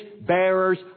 bearers